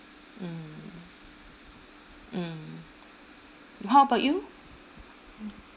mm mm how about you